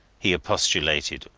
he expostulated,